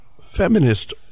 feminist